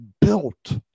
built